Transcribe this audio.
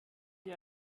wir